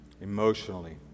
emotionally